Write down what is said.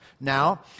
Now